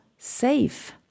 safe